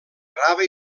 grava